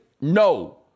no